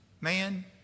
man